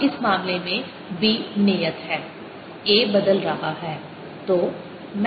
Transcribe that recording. अब इस मामले में b नियत है a बदल रहा है